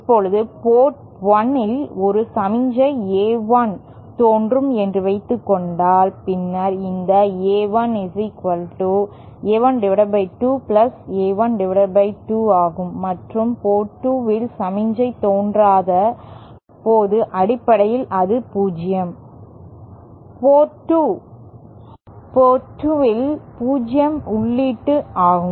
இப்போது போர்ட் 1 இல் ஒரு சமிக்ஞை A1 தோன்றும் என்று வைத்துக்கொண்டால் பின்னர் இந்த A1 A12 A12 ஆகும் மற்றும் போர்ட் 2 இல் சமிக்ஞை தோன்றாத போது அடிப்படையில் அது 0 போர்ட் 2 இல் 0 உள்ளீடு ஆகும்